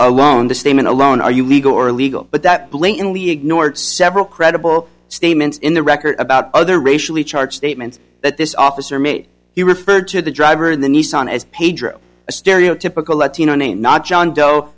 alone the statement alone are you legal or illegal but that blatantly ignored several credible statements in the record about other racially charged statements that this officer made he referred to the driver in the nissan as pedro a stereotypical latino name not john doe